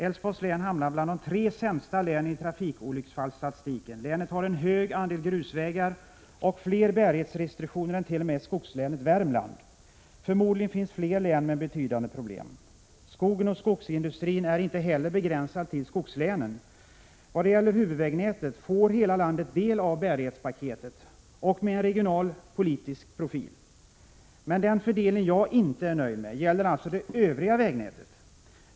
Älvsborgs län hamnar bland de tre sämsta länen i trafikolycksfallsstatistiken. Länet har en stor andel grusvägar och fler bärighetsrestriktioner än t.o.m. skogslänet Värmland. Förmodligen finns det fler län med betydande problem. Skogen och skogsindustrin är inte heller begränsad till skogslänen. Vad gäller huvudvägnätet får hela landet del av bärighetspaketet med en regionalpolitisk profil. Men den fördelning jag inte är nöjd med gäller alltså det övriga vägnätet.